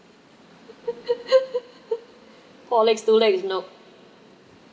four legs two legs is no